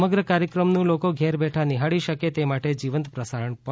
સમગ્ર કાર્યક્રમનું લોકો ઘેર બેઠા નિહાળી શકે તે માટે જીવંત પ્રસારણ કરવામાં આવશે